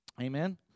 Amen